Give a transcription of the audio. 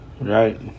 Right